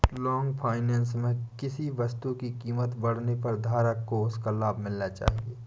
long finance में किसी वस्तु की कीमत बढ़ने पर धारक को उसका लाभ मिलना चाहिए